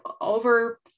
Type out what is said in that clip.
over